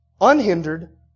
unhindered